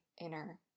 inner